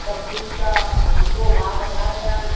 सब कुछ का हम को भाव बता देना